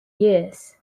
years